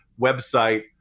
website